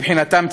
מבחינתם,